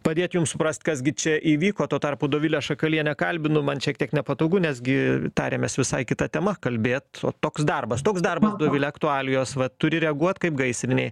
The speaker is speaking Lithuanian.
padėt jum suprast kas gi čia įvyko tuo tarpu dovilę šakalienę kalbinu man šiek tiek nepatogu nes gi tarėmės visai kita tema kalbėt o toks darbas toks darbas dovile aktualijos vat turi reaguot kaip gaisrinėj